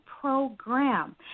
program